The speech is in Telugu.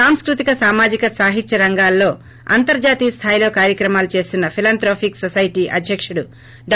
సాంస్కృతిక సామాజిక నాహిత్య రంగాల్లో అంతర్హతీయ స్లాయిలో కార్యక్రమాలు చేస్తున్న ఫిలాంత్రోఫిక్ నొసైటీ అధ్యక్తుడు డా